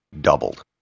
doubled